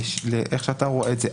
איך שאתה רואה את זה,